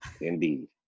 Indeed